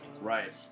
Right